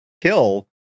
kill